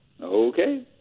Okay